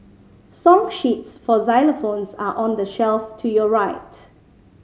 song sheets for xylophones are on the shelf to your right